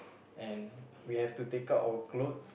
and we have to take out our clothes